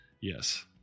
Yes